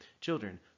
children